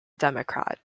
democrat